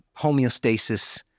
homeostasis